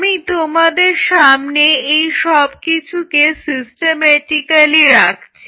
আমি তোমাদের সামনে এইসব কিছুকে সিস্টেমেটিক্যালি রাখছি